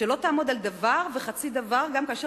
שלא תעמוד על דבר וחצי דבר גם כאשר